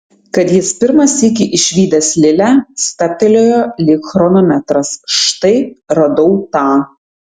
kad jis pirmą sykį išvydęs lilę stabtelėjo lyg chronometras štai radau tą